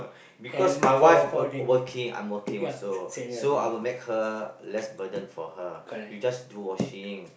because my wife uh working I'm working also so I will make her less burden for her you just do washing